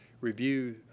review